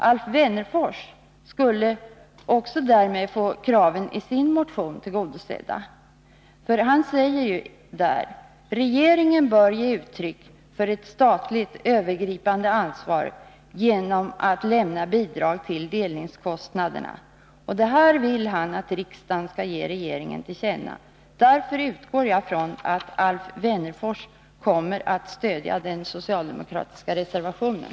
Alf Wennerfors skulle därmed också få kraveni sin motion tillgodosedda. Han säger där: ”Regeringen bör ge uttryck för ett statligt övergripande ansvar genom att lämna bidrag till delningskostnaderna.” Det här vill han att riksdagen skall ge regeringen till känna. Därför utgår jag från att Alf Wennerfors kommer att stödja den socialdemokratiska reservationen.